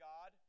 God